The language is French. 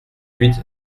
huit